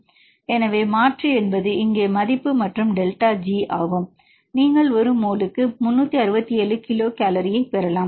எனவே மாற்று என்பது இங்கே மதிப்பு மற்றும் டெல்டா G நீங்கள் ஒரு மோலுக்கு 367 கிலோ கலோரியைப் பெறலாம்